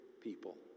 people